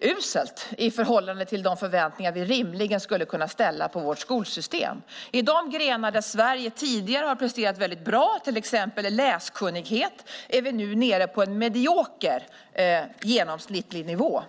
uruselt i förhållande till de förväntningar vi rimligen skulle kunna ha på vårt skolsystem. I de grenar där Sverige tidigare presterat väldigt bra - till exempel i läskunnighet - är vi nu nere på en medioker genomsnittlig nivå.